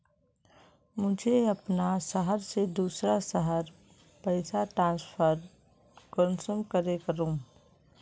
मुई अपना शहर से दूसरा शहर पैसा ट्रांसफर कुंसम करे करूम?